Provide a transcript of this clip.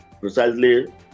precisely